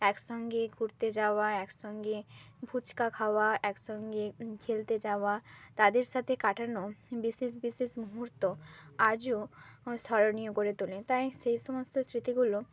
একসঙ্গে ঘুরতে যাওয়া একসঙ্গে ফুচকা খাওয়া একসঙ্গে খেলতে যাওয়া তাদের সাথে কাটানো বিশেষ বিশেষ মুহূর্ত আজও স্মরণীয় করে তোলে তাই সেই সমস্ত স্মৃতিগুলো